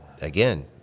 again